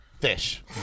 Fish